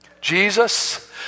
Jesus